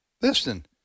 Listen